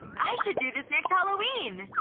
i should do this next halloween!